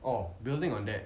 oh building on that